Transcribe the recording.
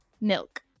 Milk